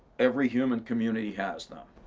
every human community has them.